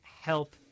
help